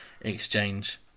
exchange